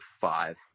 five